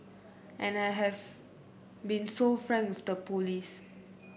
and I have been so frank with the police